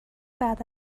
بعد